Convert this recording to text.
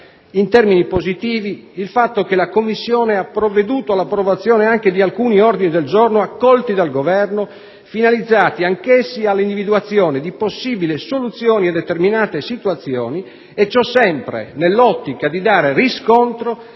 in termini positivi il fatto che la Commissione ha provveduto all'approvazione di alcuni ordini del giorno, accolti dal Governo, finalizzati anch'essi all'individuazione di possibili soluzioni a determinate situazioni, e ciò sempre nell'ottica di dare riscontro